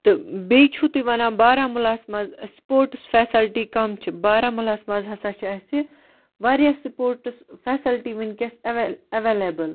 تہٕ بیٚیہِ چھو تُہۍ وَنان بارہمُلاہَس مَنٛز سپوٹس فیسَلٹی کم چھِ بارہمُلاہَس مَنٛز ہَسا چھِ اَسہِ واریاہ سپوٹس فیسَلٹی وِنکیٚس اَویل اَیٚولیبٕل